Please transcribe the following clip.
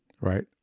Right